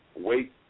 wait